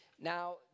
Now